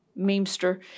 memester